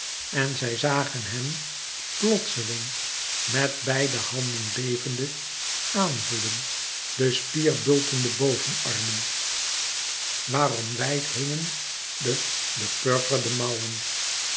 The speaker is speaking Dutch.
en zij zagen hem plotseling met beide handen bevende aan voelen de spierbultende bovenarmen waarom wijd hingen de bepurperde mouwen